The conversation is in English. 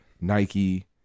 Nike